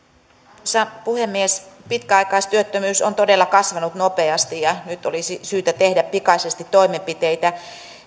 arvoisa puhemies pitkäaikaistyöttömyys on todella kasvanut nopeasti ja nyt olisi syytä tehdä pikaisesti toimenpiteitä